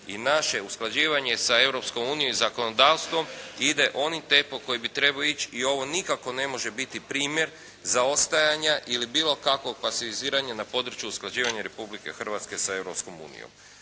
i naše usklađivanje sa Europskom unijom i sa zakonodavstvom ide onim tempom kojim bi trebao ići. I ovo nikako ne može biti primjer zaostajanja ili bilo kakvog pasiviziranja na području usklađivanja Republike Hrvatske sa